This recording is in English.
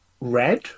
Red